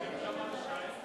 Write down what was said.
יש שם רשעים?